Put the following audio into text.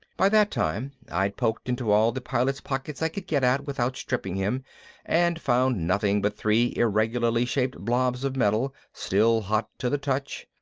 by that time i'd poked into all the pilot's pockets i could get at without stripping him and found nothing but three irregularly shaped blobs of metal, still hot to the touch.